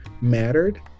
mattered